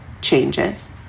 changes